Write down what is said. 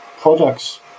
products